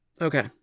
Okay